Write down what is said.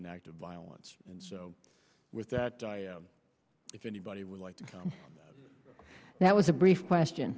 an act of violence and so with that if anybody would like to come that was a brief question